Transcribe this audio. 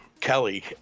Kelly